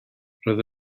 roedd